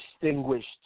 distinguished